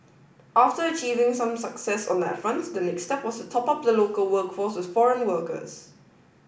after achieving some success on that front the next step was to top up the local workforce with foreign workers